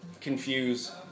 confuse